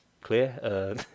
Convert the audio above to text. Clear